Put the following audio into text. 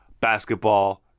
basketball